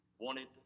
wanted